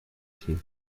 team